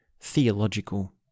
theological